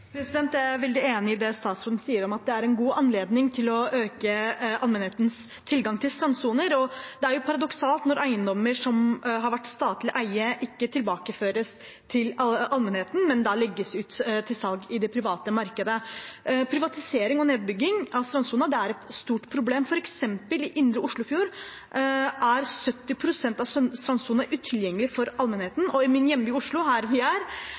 å øke allmennhetens tilgang til strandsoner. Det er paradoksalt når eiendommer som har vært i statlig eie, ikke tilbakeføres til allmennheten, men legges ut til salg i det private markedet. Privatisering og nedbygging av strandsonen er et stort problem. For eksempel i indre Oslofjord er 70 pst. av strandsonen utilgjengelig for allmennheten, og min hjemby, Oslo, her vi er,